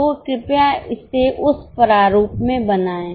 तो कृपया इसे उस प्रारूप में बनाएं